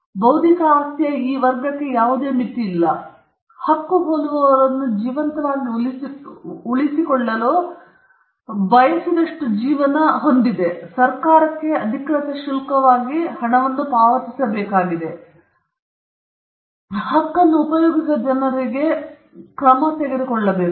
ಬೌದ್ಧಿಕ ಆಸ್ತಿಯ ಈ ವರ್ಗಕ್ಕೆ ಯಾವುದೇ ಮಿತಿಯಿಲ್ಲ ಏಕೆಂದರೆ ಅವರ ಹಕ್ಕು ಹೋಲುವವರನ್ನು ಜೀವಂತವಾಗಿ ಉಳಿಸಿಕೊಳ್ಳಲು ಬಯಸಿದಷ್ಟು ಅವರ ಜೀವನವನ್ನು ಹೊಂದಿದೆ ಅವರು ಸರ್ಕಾರಕ್ಕೆ ಅಧಿಕೃತ ಶುಲ್ಕವಾಗಿಹಣವನ್ನು ಪಾವತಿಸಬೇಕಾಗಿದೆ ಮತ್ತು ಅವರು ಈ ಹಕ್ಕನ್ನು ಉಪಯೋಗಿಸುವ ಜನರಿಗೆ ಕ್ರಮ ತೆಗೆದುಕೊಳ್ಳಬೇಕು